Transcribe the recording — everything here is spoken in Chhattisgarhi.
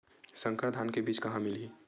संकर धान के बीज कहां मिलही?